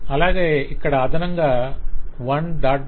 అలాగే ఇక్కడ అదనంగా 1